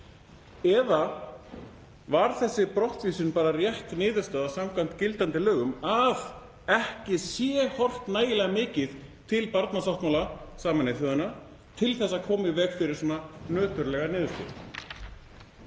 eða var þessi brottvísun bara rétt niðurstaða samkvæmt gildandi lögum, að ekki sé horft nægilega mikið til barnasáttmála Sameinuðu þjóðanna til að koma í veg fyrir svona nöturlega niðurstöðu?